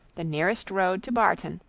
the nearest road to barton,